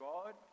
God